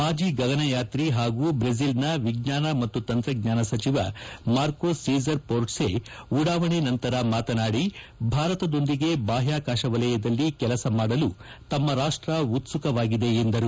ಮಾಜಿ ಗಗನಯಾತ್ರಿ ಹಾಗೂ ಬ್ರೆಜಿಲ್ನ ವಿಜ್ವಾನ ಮತ್ತು ತಂತ್ರಜ್ವಾನ ಸಚಿವ ಮಾರ್ಕೋಸ್ ಸೀಸರ್ ಪೋರ್ಟ್ಸೆ ಉಡಾವಣೆ ನಂತರ ಮಾತನಾಡಿ ಭಾರತದೊಂದಿಗೆ ಬಾಹ್ಯಾಕಾಶ ವಲಯದಲ್ಲಿ ಕೆಲಸ ಮಾಡಲು ತಮ್ಮ ರಾಷ್ಟ ಉತ್ಸುಕವಾಗಿದೆ ಎಂದರು